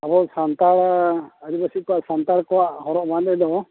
ᱟᱵᱚ ᱥᱟᱱᱛᱟᱲ ᱟᱹᱫᱤᱵᱟᱹᱥᱤ ᱠᱚᱣᱟᱜ ᱥᱟᱱᱛᱟᱲ ᱠᱚᱣᱟᱜ ᱦᱚᱨᱚᱜ ᱵᱟᱸᱫᱮ ᱫᱚ